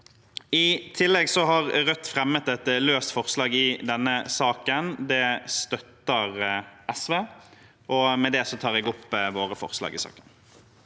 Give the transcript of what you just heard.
I tillegg har Rødt fremmet et løst forslag i denne saken, og det støtter SV. Med det tar jeg opp våre forslag i saken.